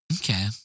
Okay